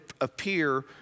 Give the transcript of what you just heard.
appear